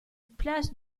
place